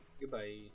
Goodbye